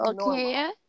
okay